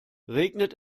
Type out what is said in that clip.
regnet